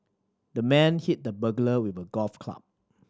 the man hit the burglar with a golf club